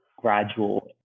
gradual